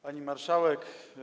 Pani Marszałek!